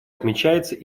отмечается